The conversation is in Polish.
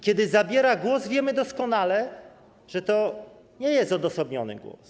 Kiedy zabiera głos, wiemy doskonale, że to nie jest odosobniony głos.